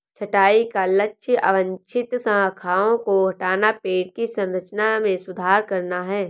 छंटाई का लक्ष्य अवांछित शाखाओं को हटाना, पेड़ की संरचना में सुधार करना है